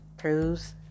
Cruise